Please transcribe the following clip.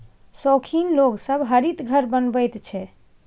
शौखीन लोग सब हरित घर बनबैत छै